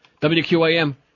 WQAM